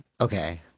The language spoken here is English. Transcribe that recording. okay